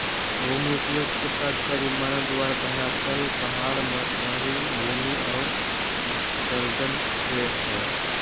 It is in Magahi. भूमि उपयोग के तात्पर्य मानव द्वारा धरातल पहाड़, मरू भूमि और दलदल से हइ